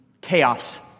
chaos